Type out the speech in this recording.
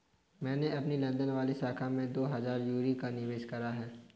मैंने अपनी लंदन वाली शाखा में दो हजार यूरो का निवेश करा है